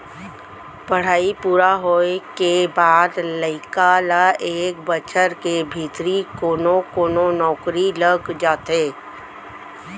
पड़हई पूरा होए के बाद लइका ल एक बछर के भीतरी कोनो कोनो नउकरी लग जाथे